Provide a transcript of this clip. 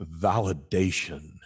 validation